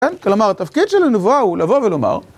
כן? כלומר, התפקיד של הנבואה הוא לבוא ולומר.